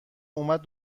اومد